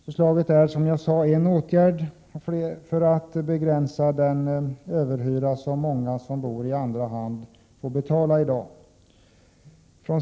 Förslaget är en åtgärd för att begränsa den överhyra som många som bor i andra hand får betala i dag.